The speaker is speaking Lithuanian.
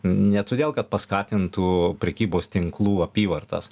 ne todėl kad paskatintų prekybos tinklų apyvartas